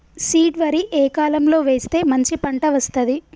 Seed వరి ఏ కాలం లో వేస్తే మంచి పంట వస్తది?